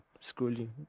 scrolling